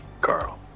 Carl